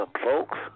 folks